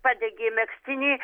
padegė megztinį